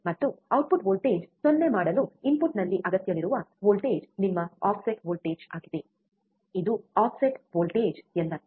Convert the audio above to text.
ಮತ್ತು output voltage 0 ಮಾಡಲು ಇನ್ಪುಟ್ನಲ್ಲಿ ಅಗತ್ಯವಿರುವ ವೋಲ್ಟೇಜ್ ನಿಮ್ಮ ಆಫ್ಸೆಟ್ ವೋಲ್ಟೇಜ್ ಆಗಿದೆ ಇದು ಆಫ್ಸೆಟ್ ವೋಲ್ಟೇಜ್ ಎಂದರ್ಥ